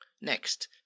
next